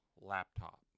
laptop